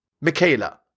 Michaela